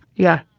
yeah.